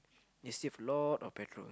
you save a lot of petrol